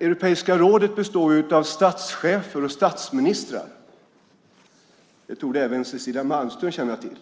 Europeiska rådet består av statschefer och statsministrar. Det torde även Cecilia Malmström känna till.